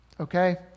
Okay